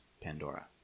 pandora